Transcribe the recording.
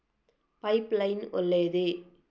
Pipe line ಒಳ್ಳೆಯದೇ?